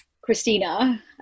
Christina